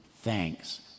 Thanks